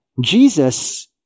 Jesus